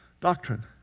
doctrine